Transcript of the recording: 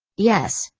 yes,